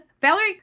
Valerie